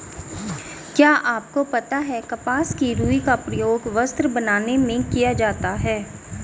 क्या आपको पता है कपास की रूई का प्रयोग वस्त्र बनाने में किया जाता है?